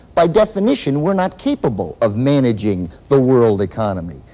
by definition, we're not capable of managing the world economy.